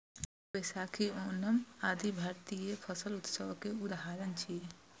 बीहू, बैशाखी, ओणम आदि भारतीय फसल उत्सव के उदाहरण छियै